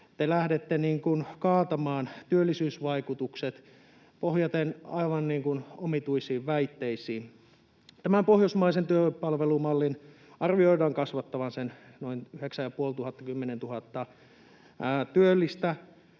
lähdette kaatamaan työllisyysvaikutukset pohjaten aivan omituisiin väitteisiin. Tämän pohjoismaisen työvoimapalvelumallin arvioidaan lisäävän sen noin 9 500—10 000 työllistä.